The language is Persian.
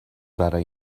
برای